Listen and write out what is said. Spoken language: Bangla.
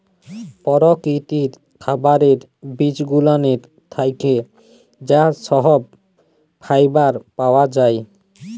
পরকিতির খাবারের বিজগুলানের থ্যাকে যা সহব ফাইবার পাওয়া জায়